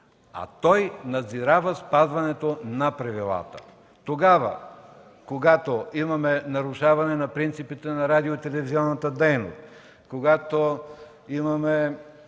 а той надзирава спазването на правилата. Когато имаме нарушаване на принципите на радио- и телевизионната дейност, когато имаме